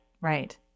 right